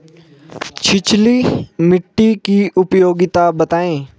छिछली मिट्टी की उपयोगिता बतायें?